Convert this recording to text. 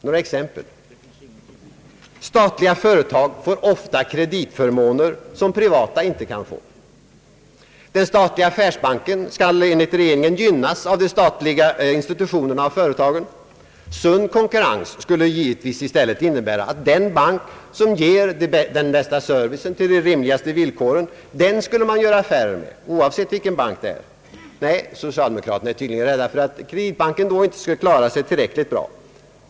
Några exempel: Statliga företag får ofta kreditförmåner som privata inte kan få. Den statliga affärsbanken skall enligt regeringen gynnas av de statliga institutionerna och företagen. Sund konkurrens skulle givetvis i stället innebära att den bank som ger den bästa servicen på de rimligaste villkoren skulle man göra affärer med, oavsett vilken bank det var. Nej, socialdemokraterna är tydligen rädda för att Kreditbanken då inte skulle klara sig tillräckligt bra.